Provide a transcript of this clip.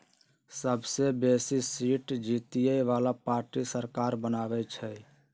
सबसे बेशी सीट जीतय बला पार्टी सरकार बनबइ छइ